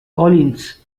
collins